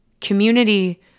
Community